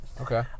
Okay